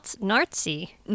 Nazi